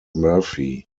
murphy